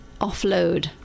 offload